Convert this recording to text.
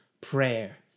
prayer